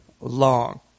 long